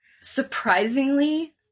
Surprisingly